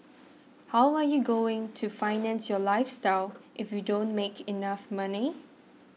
how are you going to finance your lifestyle if you don't make enough money